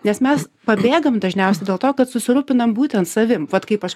nes mes pabėgam dažniausiai dėl to kad susirūpinam būtent savim vat kaip aš